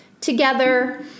together